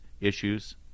issues